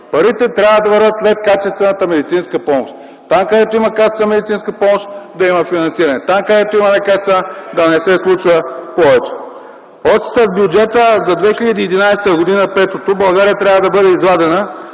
Парите трябва да вървят след качествената медицинска помощ. Там, където има качествена медицинска помощ – да има финансиране. Там, където има некачествена – да не се случва повече. Още с бюджета за 2011 г., приет оттук, България трябва да бъде извадена